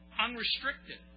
unrestricted